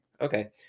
Okay